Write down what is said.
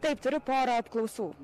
taip turiu porą apklausų